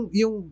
yung